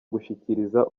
gushikiriza